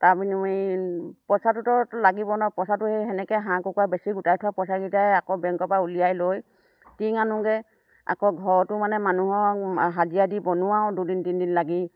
তাৰ বিনিময়ে পইচাটোতো লাগিব ন পইচাটো সেই সেনেকৈ হাঁহ কুকুৰা বেচি গোটাই থোৱা পইচকেইটাই আকৌ বেংকৰপৰা উলিয়াই লৈ টিং আনোগৈ আকৌ ঘৰতো মানে মানুহক হাজিৰা দি বনোৱাও দুদিন তিনিদিন লাগি